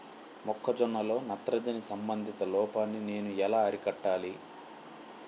మొక్క జొన్నలో నత్రజని సంబంధిత లోపాన్ని నేను ఎలా అరికట్టాలి?